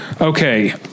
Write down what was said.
okay